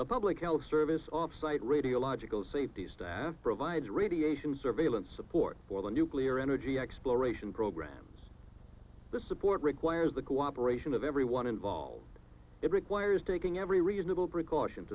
the public health service offsite radiological safety staff provides radiation surveillance support for the nuclear energy exploration programs the support requires the cooperation of everyone involved it requires taking every reasonable precaution